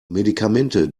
medikamente